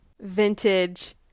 vintage